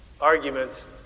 Arguments